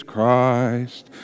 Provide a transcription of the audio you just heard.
Christ